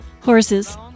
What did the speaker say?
Horses